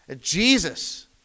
Jesus